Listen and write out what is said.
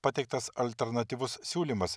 pateiktas alternatyvus siūlymas